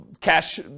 cash